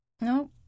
No